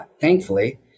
Thankfully